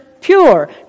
pure